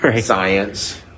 science